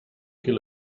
kill